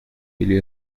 или